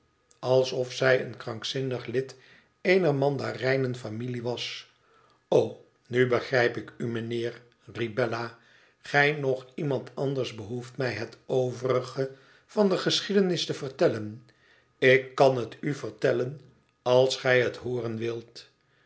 alsof zij een krankzinnig lid eener mandarijnenfamilie was nu begrijp ik u mijnheer riep bella igij noch iemand anders behoeft mij het overige van de geschiedenis te vertellen ik kan het u vertellen als gij het hooren wilt